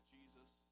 Jesus